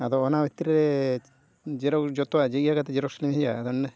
ᱟᱫᱚ ᱚᱱᱟ ᱵᱷᱤᱛᱛᱨᱤ ᱨᱮ ᱡᱚᱛᱚᱣᱟᱜ ᱤᱭᱟᱹ ᱠᱟᱛᱮᱫ ᱡᱮᱨᱮᱠᱥ ᱞᱤᱧ ᱤᱫᱤᱭᱟ ᱢᱟᱱᱮ